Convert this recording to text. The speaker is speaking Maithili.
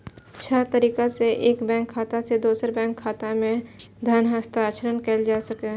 छह तरीका सं एक बैंक खाता सं दोसर बैंक खाता मे धन हस्तांतरण कैल जा सकैए